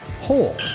hole